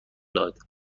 داد